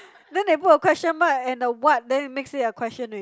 then they put a question mark and the what then it makes it a question ready